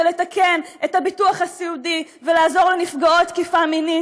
ולתקן את הביטוח הסיעודי ולעזור לנפגעות תקיפה מינית,